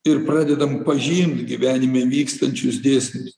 ir pradedam pažint gyvenime vykstančius dėsnius